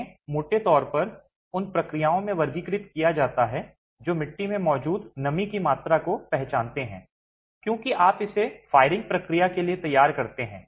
उन्हें मोटे तौर पर उन प्रक्रियाओं में वर्गीकृत किया जाता है जो मिट्टी में मौजूद नमी की मात्रा को पहचानते हैं क्योंकि आप इसे फायरिंग प्रक्रिया के लिए तैयार करते हैं